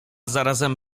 zarazem